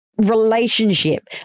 relationship